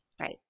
Right